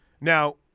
Now